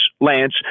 Lance